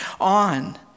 on